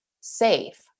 safe